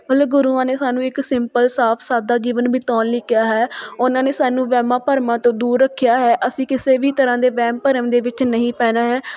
ਮਤਲਬ ਗੁਰੂਆਂ ਨੇ ਸਾਨੂੰ ਇੱਕ ਸਿੰਪਲ ਸਾਫ ਸਾਦਾ ਜੀਵਨ ਬਿਤਾਉਣ ਲਈ ਕਿਹਾ ਹੈ ਉਹਨਾਂ ਨੇ ਸਾਨੂੰ ਵਹਿਮਾਂ ਭਰਮਾਂ ਤੋਂ ਦੂਰ ਰੱਖਿਆ ਹੈ ਅਸੀਂ ਕਿਸੇ ਵੀ ਤਰ੍ਹਾਂ ਦੇ ਵਹਿਮ ਭਰਮ ਦੇ ਵਿੱਚ ਨਹੀਂ ਪੈਣਾ ਹੈ